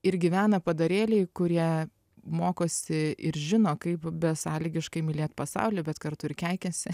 ir gyvena padarėliai kurie mokosi ir žino kaip besąlygiškai mylėt pasaulį bet kartu ir keikiasi